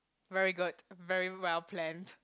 very good very well planned